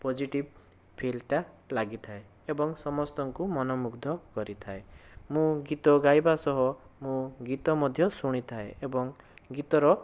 positive ଫିଲଟା ଲାଗିଥାଏ ଏବଂ ସମସ୍ତଙ୍କୁ ମନମୁଗ୍ଧ କରିଥାଏ ମୁଁ ଗୀତ ଗାଇବା ସହ ମୁଁ ଗୀତ ମଧ୍ୟ ଶୁଣିଥାଏ ଏବଂ ଗୀତର